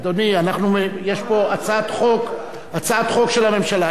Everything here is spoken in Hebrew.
אדוני, יש פה הצעת חוק של הממשלה.